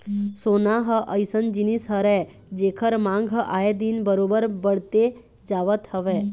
सोना ह अइसन जिनिस हरय जेखर मांग ह आए दिन बरोबर बड़ते जावत हवय